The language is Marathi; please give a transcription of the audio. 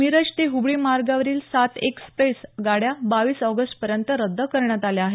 मिरज ते हुबळी मार्गावरील सात एक्सप्रेस गाड्या बाविस ऑगस्टपर्यंत रद्द करण्यात आल्या आहेत